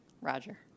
Roger